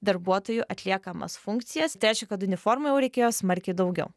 darbuotojų atliekamas funkcijas tai reiškia kad uniformų jau reikėjo smarkiai daugiau